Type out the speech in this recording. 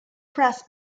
press